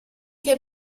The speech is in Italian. che